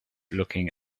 looking